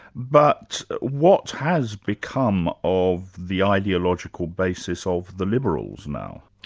but what has become of the ideological basis of the liberals now?